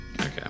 Okay